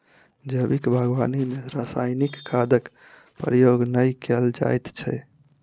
जैविक बागवानी मे रासायनिक खादक प्रयोग नै कयल जाइत छै